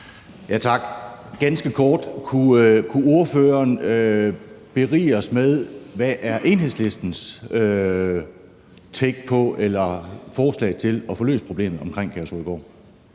Tak. Ganske kort: Kunne ordføreren berige os med, hvad Enhedslistens forslag er til at få løst problemet omkring Kærshovedgård?